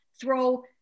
throw